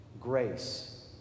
grace